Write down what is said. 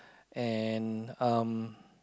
and